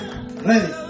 Ready